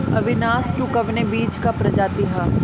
अविनाश टू कवने बीज क प्रजाति ह?